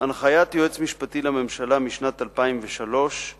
לחיים בחברה בשנת 2010 ובשנים